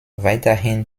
weiterhin